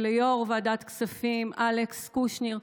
וליושב-ראש ועדת כספים אלכס קושניר.